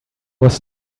was